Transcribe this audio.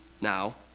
now